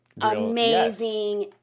amazing